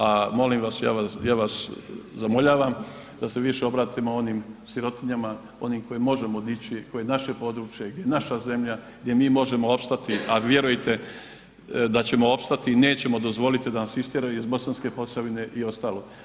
A molim vas, ja vas zamoljavam da se više obratimo onim sirotinjama, onim koje možemo dići, koji je naše područje, gdje je naša zemlja, gdje mi možemo opstati a vjerujte da ćemo opstati i nećemo dozvoliti da nas istjeraju iz Bosanske Posavine i ostalo.